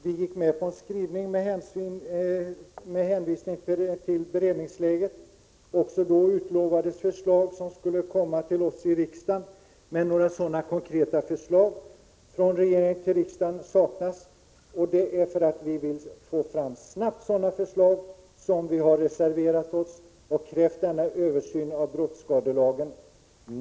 Vi gick med på en skrivning med hänvisning till beredningsläget. Också då utlovades att förslag skulle komma till riksdagen, men några konkreta förslag från regeringen till riksdagen saknas. Det är för att snabbt få fram sådana förslag som vi har reserverat oss och krävt denna översyn av brottsskadelagen.